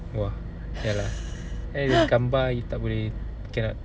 !wah! ya lah and gambar you tak boleh cannot